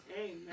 Amen